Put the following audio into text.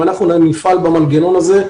אם אנחנו נפעל במנגנון הזה,